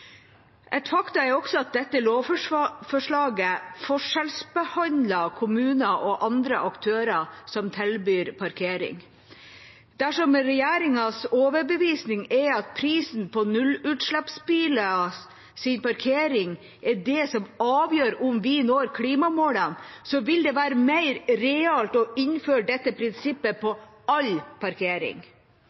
Et faktum er også at dette lovforslaget forskjellsbehandler kommuner og andre aktører som tilbyr parkering. Dersom regjeringens overbevisning er at prisen for parkering av nullutslippsbiler er det som avgjør om vi når klimamålene, ville det være mer realt å innføre dette prinsippet på all parkering,